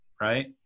right